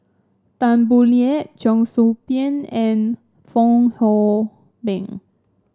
Tan Boo Liat Cheong Soo Pieng and Fong Hoe Beng